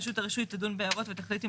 רשות הרישוי תדון בהערות ותחליט אם